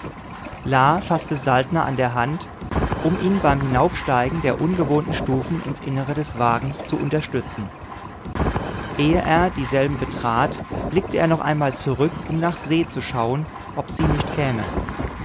faßte saltner an der hand um ihn beim hinaufsteigen der ungewohnten stufen ins innere des wagens zu unterstützen ehe er dieselben betrat blickte er noch einmal zurück um nach se zu schauen ob sie nicht käme